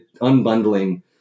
unbundling